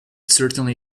certainly